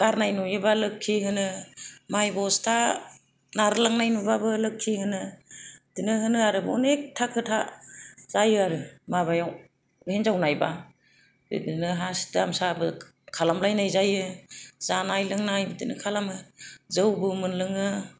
गारनाय नुयोबा लोखि होनो माइ बस्था नारलांनाय नुबाबो लोखि होनो बिदिनो होनो आरो अनेखथा खोथा जायो आरो माबायाव बे हिनजाव नायबा बिदिनो हासि दामसाबो खालामलायनाय जायो जानाय लोंनाय बिदिनो खालामो जौबो मोनलोङो